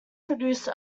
produced